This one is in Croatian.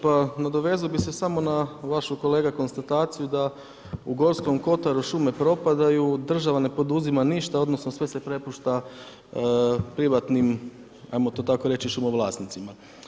Pa nadovezao bi se samo na vašu kolega, konstataciju da u Gorskom kotaru šume propadaju, država ne poduzima ništa odnosno sve se prepušta privatnim ajmo to tako reći, šumovlasnicima.